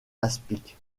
aspic